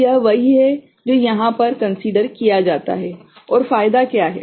तो यह वही है जो यहाँ पर कन्सिडरकिया जाता है और फायदा क्या है